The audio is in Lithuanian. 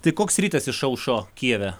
tai koks rytas išaušo kijeve